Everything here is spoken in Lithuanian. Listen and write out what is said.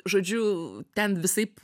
žodžiu ten visaip